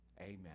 amen